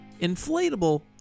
inflatable